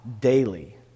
daily